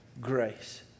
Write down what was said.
grace